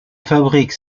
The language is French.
fabrique